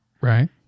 Right